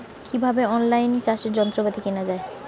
কিভাবে অন লাইনে চাষের যন্ত্রপাতি কেনা য়ায়?